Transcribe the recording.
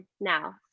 now